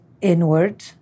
inward